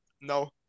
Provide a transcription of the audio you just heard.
No